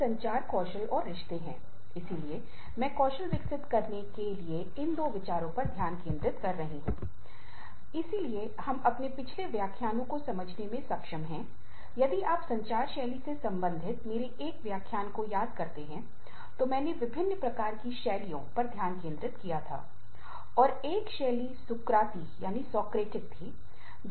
पारिवारिक संघर्ष work family Work Family Conflict अंतर भूमिका संघर्ष inter role conflict Inter role Conflict का एक रूप है जिसमें काम के दबाव और परिवार के डोमेन से दबाव कुछ मामलों में पारस्परिक रूप से संगत होते हैं